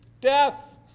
Death